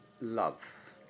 love